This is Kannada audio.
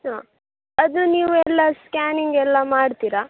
ಹಾಂ ಅದು ನೀವು ಎಲ್ಲ ಸ್ಕ್ಯಾನಿಂಗ್ ಎಲ್ಲ ಮಾಡ್ತೀರಾ